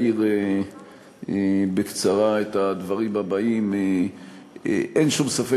אעיר בקצרה את הדברים הבאים: אין שום ספק